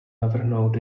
navrhnout